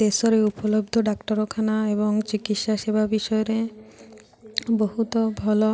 ଦେଶରେ ଉପଲବ୍ଧ ଡାକ୍ତରଖାନା ଏବଂ ଚିକିତ୍ସା ସେବା ବିଷୟରେ ବହୁତ ଭଲ